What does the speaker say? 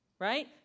right